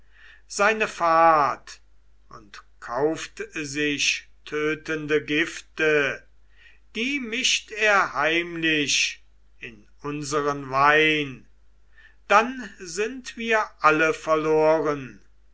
seine fahrt und kauft sich tötende gifte die mischt er heimlich in unseren wein dann sind wir alle verloren